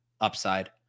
upside